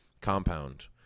compound